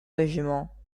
régiment